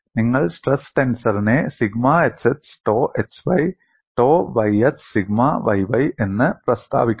നിങ്ങൾ സ്ട്രെസ് ടെൻസറിനെ sigma xx tau xy tau yx sigma yy എന്ന് പ്രസ്താവിക്കുന്നു